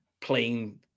playing